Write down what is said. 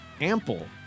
ample